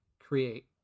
create